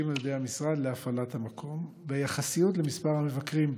על ידי המשרד להפעלת המקום ביחס למספר המבקרים בו.